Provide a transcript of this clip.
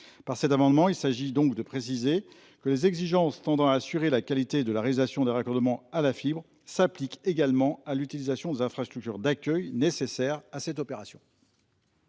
Par cet amendement, il s'agit donc de préciser que les exigences tendant à assurer la qualité de la réalisation des raccordements à la fibre s'appliquent également à l'utilisation des infrastructures d'accueil nécessaires à cette opération.